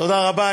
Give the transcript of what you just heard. תודה רבה.